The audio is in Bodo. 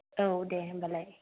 औ दे होमबालाय